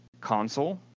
console